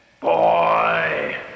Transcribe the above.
Boy